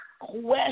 question